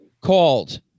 called